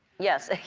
yes.